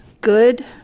good